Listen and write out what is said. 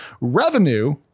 revenue